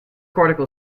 cortical